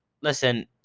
listen